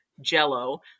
jello